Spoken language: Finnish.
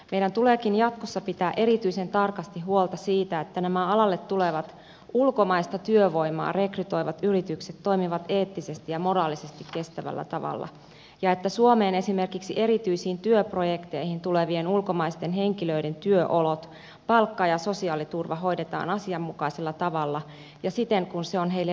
meidän tuleekin jatkossa pitää erityisen tarkasti huolta siitä että nämä alalle tulevat ulkomaista työvoimaa rekrytoivat yritykset toimivat eettisesti ja moraalisesti kestävällä tavalla ja että suomeen esimerkiksi erityisiin työprojekteihin tulevien ulkomaisten henkilöiden työolot palkka ja sosiaaliturva hoidetaan asianmukaisella tavalla ja siten kuin se on heille lähtömaassa luvattu